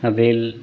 Bhadohi